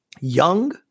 young